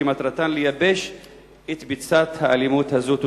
שמטרתן לייבש את ביצת האלימות הזאת?